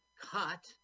cut